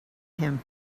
him